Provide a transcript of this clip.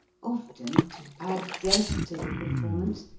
often, to add zest to the performance,